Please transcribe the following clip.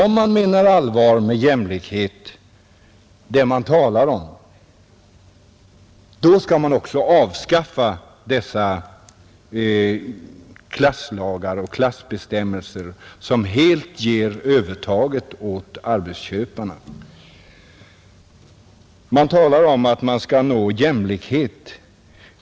Menar man allvar med talet om jämlikhet, skall man också avskaffa dessa klasslagar och klassbestämmelser, som ger övertaget åt arbetsköparna. Det talas om att man skall nå jämlikhet.